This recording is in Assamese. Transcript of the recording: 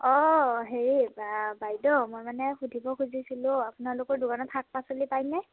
অঁ হেৰি বাইদেউ মই মানে সুধিব খুজিছিলোঁ আপোনালোকৰ দোকানত শাক পাচলি পায়নে